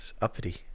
uppity